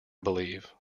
believe